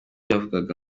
yavaga